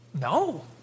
No